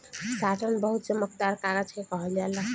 satin बहुत चमकदार कागज के कहल जाला